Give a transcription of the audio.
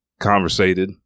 conversated